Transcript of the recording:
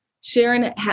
Sharon